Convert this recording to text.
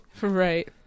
Right